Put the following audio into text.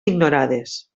ignorades